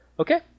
okay